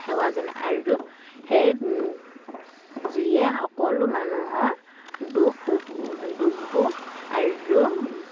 সেৱা জনায় আৰু সেই জুয়ে সকলো মানুহৰ দুখ সুখ দুখবোৰ আৰু